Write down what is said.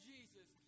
Jesus